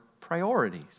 priorities